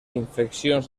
infeccions